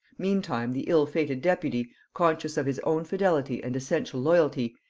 meantime the ill-fated deputy, conscious of his own fidelity and essential loyalty,